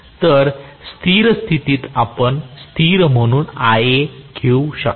तर स्थिर स्थितीत आपण स्थिर म्हणून Ia घेऊ शकता